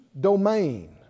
domain